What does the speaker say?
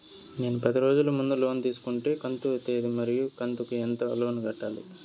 నేను పది రోజుల ముందు లోను తీసుకొంటిని కంతు తేది మరియు కంతు కు ఎంత లోను కట్టాలి?